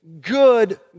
good